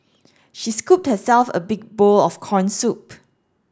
she scooped herself a big bowl of corn soup